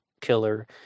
Killer